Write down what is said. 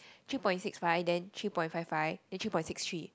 three point six five then three point five five then three point six three